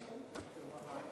גברתי